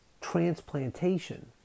transplantation